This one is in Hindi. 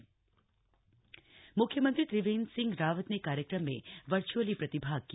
म्ख्यमंत्री त्रिवेन्द्र सिंह रावत ने कार्यक्रम में वर्चअली प्रतिभाग किया